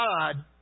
God